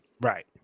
Right